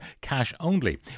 cash-only